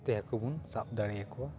ᱛᱮ ᱦᱟᱹᱠᱩ ᱵᱚᱱ ᱥᱟᱵ ᱫᱟᱲᱮᱭᱟᱠᱚᱭᱟ